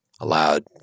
allowed –